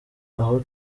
aho